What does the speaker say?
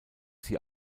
sie